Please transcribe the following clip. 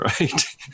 Right